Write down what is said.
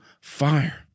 fire